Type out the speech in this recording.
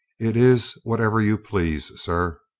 it is whatever you please, sir.